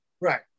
Right